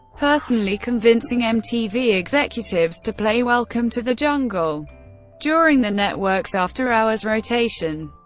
personally convincing mtv executives to play welcome to the jungle during the network's after-hours rotation.